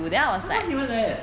how come he want that